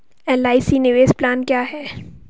LIC निवेश plan क्या है?